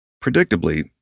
Predictably